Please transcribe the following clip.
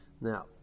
now